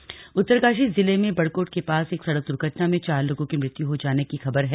दुर्घटना उत्तरकाशी जिले में बड़कोट के पास एक सड़क दुर्घटना में चार लोगों की मृत्यु हो जाने की खबर है